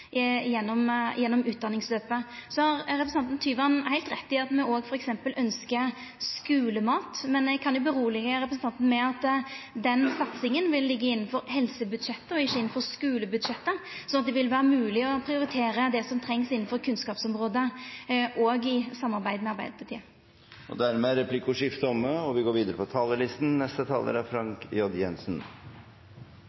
gjennom utdanningsløpet. Representanten Tyvand har heilt rett i at me òg f.eks. ønskjer skulemat, men eg kan roa representanten med at den satsinga vil liggja innanfor helsebudsjettet og ikkje innanfor skulebudsjettet. Så det vil vera mogleg å prioritera det som trengst innanfor kunnskapsområdet, òg i samarbeid med Arbeidarpartiet. Replikkordskiftet er omme.